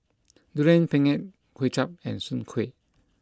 Durian Pengat Kway Chap and Soon Kuih